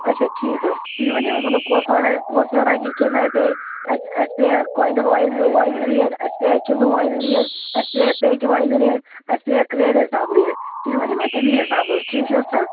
اچھا ٹھیٖک حظ تُہۍ ؤنو مےٚ مطلب کۄس و کۄس ویرایٹی کمہِ آیہِ پے اَسہِ اَسہِ پیٚیا کۄنٛٹل وایز یہِ یہِ ریٹ اَسہِ پیٚیا کِلوٗ وایز ریٹ اَسہِ پیٚیا پیٚٹہِ وایِز ریٹ اَسہِ پیٚیا کرگیڈٕ حِساب ریٹ تُہۍ ؤنِو مےٚ تمی حِساب حظ ٹھیٖک چھا حظ سر